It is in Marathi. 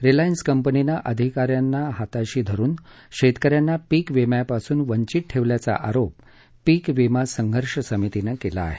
रिलायन्स कंपनीनं अधिका यांनं हाताशी धरून शेतकऱ्यांना पीकविम्यापासून वंचित ठेवल्याचा आरोप पीकविमा संघर्ष समितीनं केला आहे